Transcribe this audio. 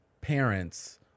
parents